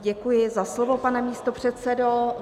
Děkuji za slovo, pane místopředsedo.